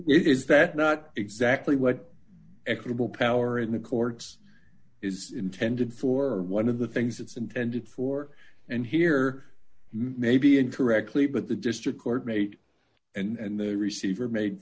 is that not exactly what equitable power in the courts is intended for one of the things it's intended for and here may be incorrectly but the district court made and the receiver made